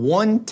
one